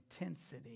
intensity